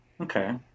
okay